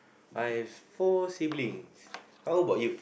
I've four siblings how about you